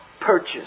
purchase